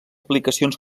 aplicacions